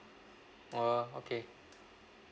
oh okay